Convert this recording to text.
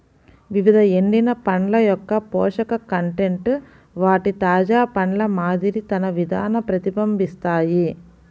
వివిధ ఎండిన పండ్ల యొక్కపోషక కంటెంట్ వాటి తాజా పండ్ల మాదిరి తన విధాన ప్రతిబింబిస్తాయి